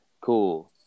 Cool